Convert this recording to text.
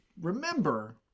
remember